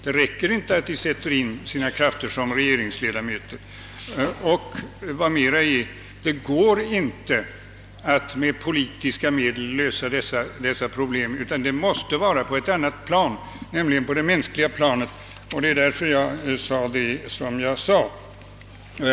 Det räcker inte att de sätter in sina krafter som regeringsledamöter. Vad mer är, det går inte att med politiska medel lösa dessa problem, utan det måste göras på ett annat plan, nämligen det mänskliga. Det var därför jag yttrade mig som jag gjorde.